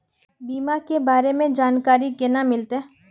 बीमा के बारे में जानकारी केना मिलते?